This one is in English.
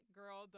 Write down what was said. girl